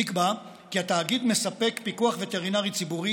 נקבע כי התאגיד מספק פיקוח וטרינרי ציבורי